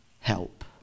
help